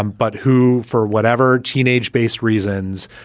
um but who, for whatever teenage based reasons,